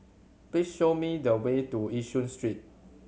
please show me the way to Yishun Street